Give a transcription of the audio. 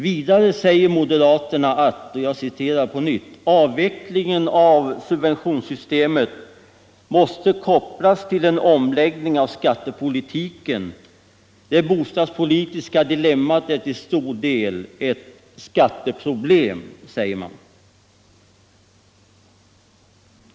Vidare säger moderaterna att ”avvecklingen av subventionssystemet måste kopplas till en omläggning av skattepolitiken. Det bostadspolitiska dilemmat är till stor del ett skatteproblem”, säger man.